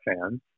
fans